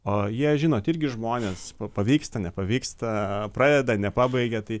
o jie žinot irgi žmonės pavyksta nepavyksta pradeda nepabaigia tai